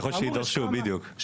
אני יודע